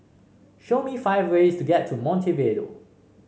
show me five ways to get to Montevideo